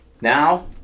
Now